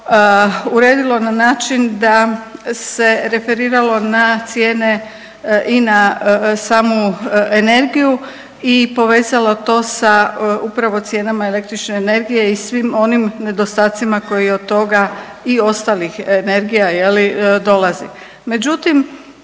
uredilo na način da se referiralo na cijene i na samu energiju i povezalo to sa upravo cijenama električne energije i svim onim nedostacima koji od toga i ostalih energija je li dolazi. Međutim,